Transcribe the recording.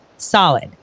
Solid